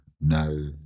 no